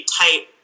tight